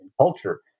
culture